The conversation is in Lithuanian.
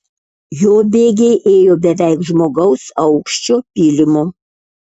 jo bėgiai ėjo beveik žmogaus aukščio pylimu